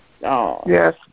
Yes